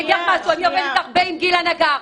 אני אגיד לך משהו, אני עובדת הרבה עם גילה נגר.